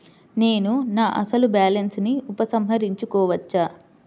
నేను నా అసలు బాలన్స్ ని ఉపసంహరించుకోవచ్చా?